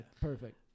perfect